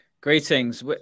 Greetings